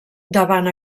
davant